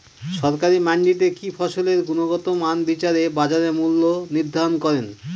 সরকারি মান্ডিতে কি ফসলের গুনগতমান বিচারে বাজার মূল্য নির্ধারণ করেন?